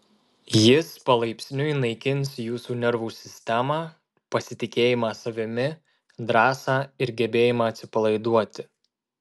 jis palaipsniui naikins jūsų nervų sistemą pasitikėjimą savimi drąsą ir gebėjimą atsipalaiduoti